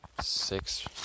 Six